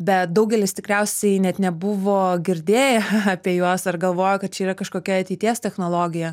bet daugelis tikriausiai net nebuvo girdėję apie juos ar galvojo kad čia yra kažkokia ateities technologija